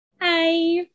Hi